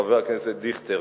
חבר הכנסת דיכטר,